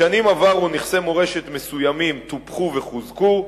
בשנים עברו נכסי מורשת מסוימים טופחו וחוזקו,